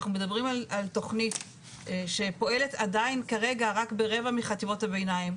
אנחנו מדברים על תוכנית שפועלת כרגע רק ברבע מחטיבות הביניים.